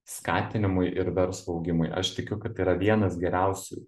skatinimui ir verslo augimui aš tikiu kad tai yra vienas geriausių